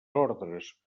ordres